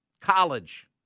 college